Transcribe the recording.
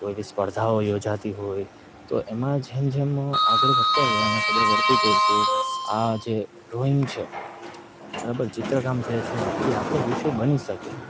કોઈ બી સ્પર્ધાઓ યોજાતી હોય તો એમાં જેમ જેમ આગળ વધતા ગયા ને ખબર પડતી ગઈ કે આ જે ડ્રોઈંગ છે બરાબર ચિત્રકામ જે છે એ આપણો વિષય બની શકે